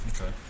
Okay